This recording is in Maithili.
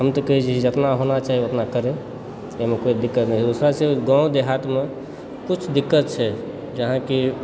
हम तऽ कहै छी जे जतेक चाही ओतेक करै एहिमे कोनो दिक्कत नहि दोसर छै गाँव देहातमे किछु दिक्कत छै जेनाकि